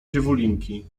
dziewulinki